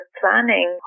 planning